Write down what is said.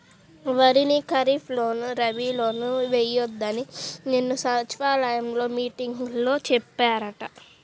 వరిని ఖరీప్ లోను, రబీ లోనూ ఎయ్యొద్దని నిన్న సచివాలయం మీటింగులో చెప్పారంట